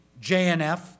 JNF